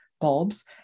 bulbs